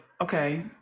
okay